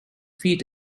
feet